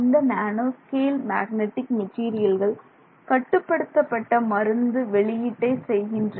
இந்த nanoscale magnetic மெட்டீரியல்கள் கட்டுப்படுத்தப்பட்ட மருந்து வெளியீட்டை செய்கின்றன